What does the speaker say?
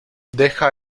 deja